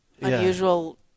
unusual